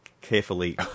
carefully